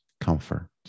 comfort